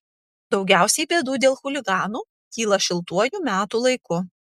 daugiausiai bėdų dėl chuliganų kyla šiltuoju metų laiku